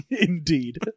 Indeed